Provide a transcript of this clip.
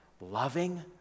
loving